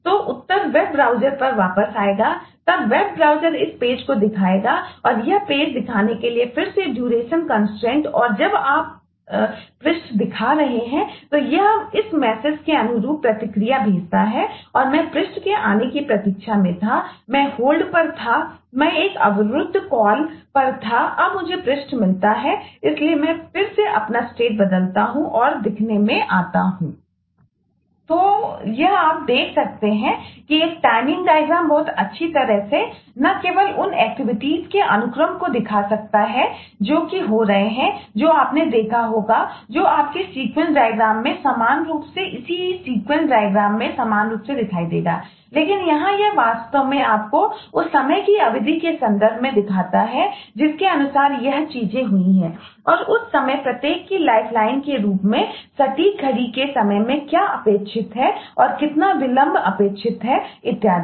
तो उत्तर web browser बदलता हूं और देखने में आता हूं तो यह आप देख सकते हैं कि एक टाइमिंग डायग्राम के रूप में सटीक घड़ी के समय में क्या अपेक्षित है और कितना विलंब अपेक्षित है इत्यादि